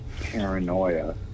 paranoia